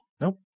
Nope